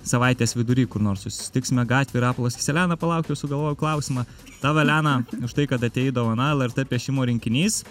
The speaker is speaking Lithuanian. savaitės vidury kur nors susitiksime gatvėje rapolas sakys elena palauk jau sugalvojau klausimą tau elena už tai kad atėjai dovana lrt piešimo rinkinys